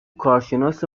کارشناس